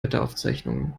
wetteraufzeichnungen